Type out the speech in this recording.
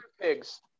Pigs